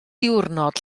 diwrnod